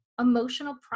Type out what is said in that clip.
emotional